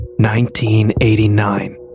1989